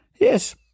yes